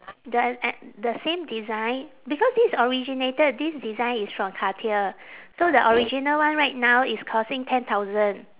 the e~ the same design because this is originated this design is from cartier so the original one right now is costing ten thousand